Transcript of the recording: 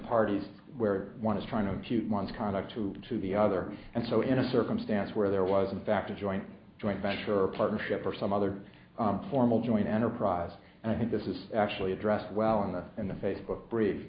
parties where one is trying to shoot one's conduct to to the other and so in a circumstance where there was in fact a joint joint venture or partnership or some other informal joint enterprise and i think this is actually addressed well in the in the facebook bri